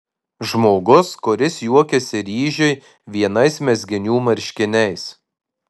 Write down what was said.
žmogus kuris juokiasi ryžiui vienais mezginių marškiniais